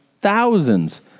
thousands